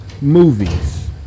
movies